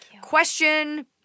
Question